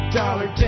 dollar